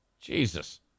Jesus